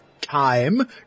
time